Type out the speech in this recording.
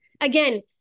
again